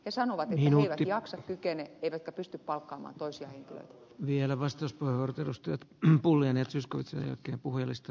he sanovat että he eivät jaksa eivätkä pysty palkkaamaan toisia vielä vasta sport edustajat pauline siskonsa jälkeen henkilöitä